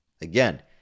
Again